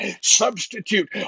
substitute